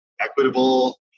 equitable